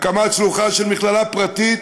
הקמת שלוחה של מכללה פרטית